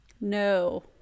no